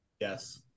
Yes